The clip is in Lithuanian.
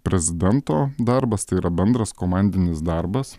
prezidento darbas tai yra bendras komandinis darbas